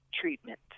treatment